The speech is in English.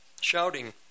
shouting